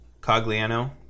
Cogliano